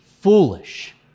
foolish